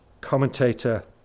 commentator